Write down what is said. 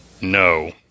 No